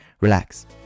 relax